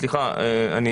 זה